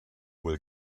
wohl